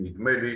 נדמה לי,